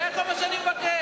זה כל מה שאני מבקש.